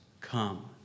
come